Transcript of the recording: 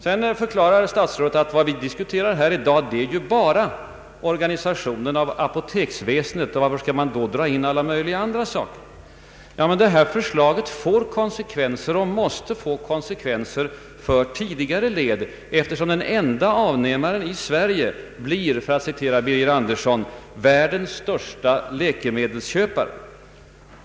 Sedan förklarar statsrådet att vad vi diskuterar här i dag är bara organisationen av apoteksväsendet och frågar varför vi skall dra in alla möjliga andra saker. Men förslaget får och måste få konsekvenser för tidigare led, eftersom den enda avnämaren i Sverige blir, för att citera herr Birger Andersson, ”världens största läkemedelsköpare”.